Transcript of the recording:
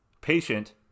patient